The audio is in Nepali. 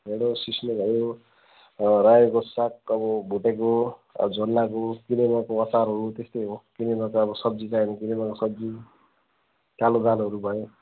ढेँडो सिस्नो भयो रायोको साग अब भुटेको अब झोल लाएको किनेमाको अचारहरू त्यस्तै हो किनेमाको अब सब्जी चाहियो भने किनेमाको सब्जी कालो दालहरू भयो